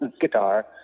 guitar